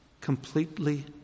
completely